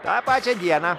tą pačią dieną